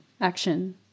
action